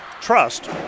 Trust